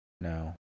No